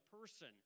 person